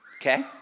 okay